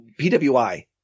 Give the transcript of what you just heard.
PWI